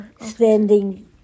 standing